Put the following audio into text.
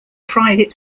private